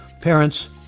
parents